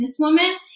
businesswoman